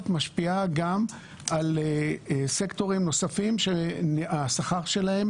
משפיעה גם על סקטורים נוספים שהשכר שלהם